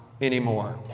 Anymore